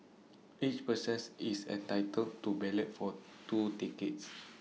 each persons is entitled to ballot for two tickets